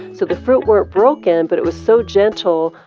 so the fruit weren't broken, but it was so gentle,